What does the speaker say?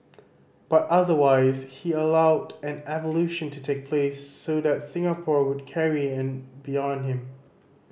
but otherwise he allowed an evolution to take place so that Singapore would carry on beyond him